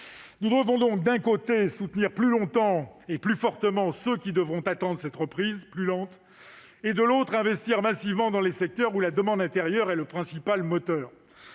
Nous devons donc, d'un côté, soutenir plus longtemps et plus fortement ceux qui devront attendre la reprise et, de l'autre, investir massivement dans les secteurs où la demande intérieure est le principal moteur.